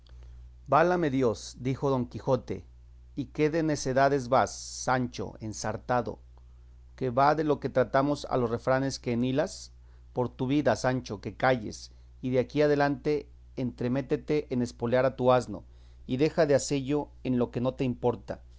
válame dios dijo don quijote y qué de necedades vas sancho ensartando qué va de lo que tratamos a los refranes que enhilas por tu vida sancho que calles y de aquí adelante entremétete en espolear a tu asno y deja de hacello en lo que no te importa